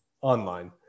online